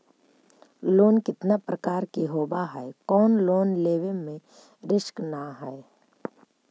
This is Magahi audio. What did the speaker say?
लोन कितना प्रकार के होबा है कोन लोन लेब में रिस्क न है?